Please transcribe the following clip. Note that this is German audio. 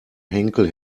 henkel